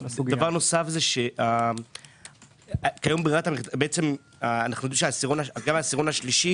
דבר נוסף הוא שאנחנו יודעים שגם בעשירון השלישי